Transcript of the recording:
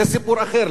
זה סיפור אחר.